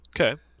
Okay